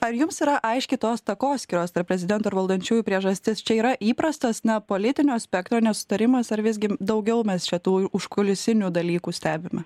ar jums yra aiški tos takoskyros tarp prezidento ir valdančiųjų priežastis čia yra įprastas na politinio spektro nesutarimas ar visgi daugiau mes čia tų užkulisinių dalykų stebime